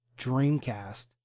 Dreamcast